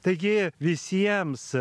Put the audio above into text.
taigi visiems